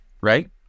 right